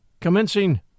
commencing